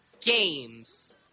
games